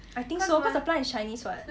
I think so cause the plant is chinese [what]